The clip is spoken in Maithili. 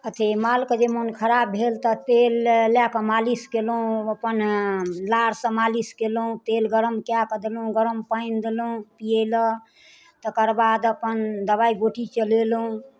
अथी मालके जे मोन खराब भेल तऽ तेल लए कऽ मालिश कयलहुँ अपन लारसँ मालिश कयलहुँ तेल गरम कए कऽ देलहुँ गरम पानि कए कऽ देलौँ पियै लेल तकर बाद अपन दबाइ गोटी चलेलहुँ